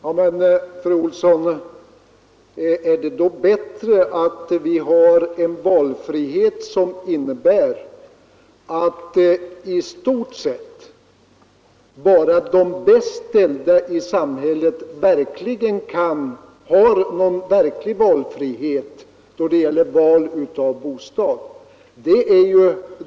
Herr talman! Är det då bättre, fru Olsson, att vi har en valfrihet som innebär att i stort sett bara de bäst ställda i samhället har någon verklig valfrihet då det gäller bostad?